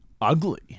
ugly